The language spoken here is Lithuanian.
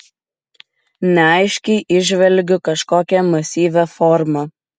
neaiškiai įžvelgiu kažkokią masyvią formą